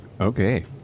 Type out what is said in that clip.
Okay